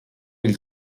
will